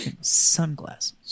sunglasses